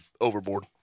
overboard